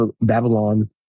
Babylon